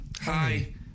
Hi